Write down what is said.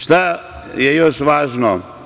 Šta je još važno?